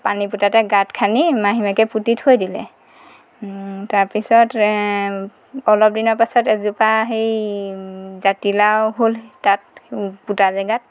পানী পুটাতে গাঁত খান্দি মাহীমাকে পুতি থৈ দিলে তাৰ পিছত অলপ দিনৰ পিছত এজোপা সেই জাতিলাও হ'ল তাত পুতা জেগাত